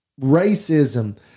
racism